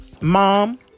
mom